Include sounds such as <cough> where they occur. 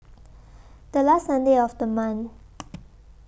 <noise> The last Sunday of The month <noise>